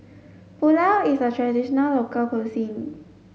Pulao is a traditional local cuisine